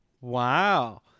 Wow